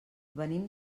venim